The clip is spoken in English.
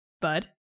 Bud